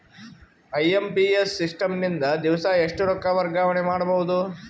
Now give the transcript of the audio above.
IMPS system ನಿಂದ ದಿವಸಾ ಎಷ್ಟ ರೊಕ್ಕ ವರ್ಗಾವಣೆ ಮಾಡಬಹುದು?